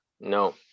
No